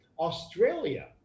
Australia